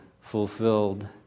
fulfilled